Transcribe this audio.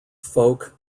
folk